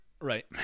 Right